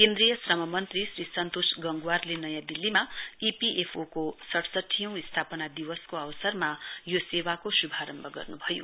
केन्द्रीय श्रम मन्त्री श्री सन्तोष गगवांरले नयाँ दिल्लीमा ई पी एफ ओ को सइसठीऔं स्थापना दिवसको अवसरमा यो सेवाको शुभारम्भ गर्नुभयो